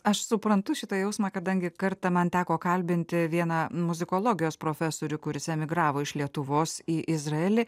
aš suprantu šitą jausmą kadangi kartą man teko kalbinti vieną muzikologijos profesorių kuris emigravo iš lietuvos į izraelį